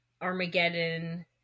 Armageddon